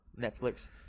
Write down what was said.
Netflix